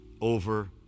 over